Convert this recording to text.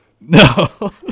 No